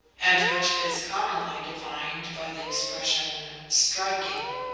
and which is commonly defined by the expression striking.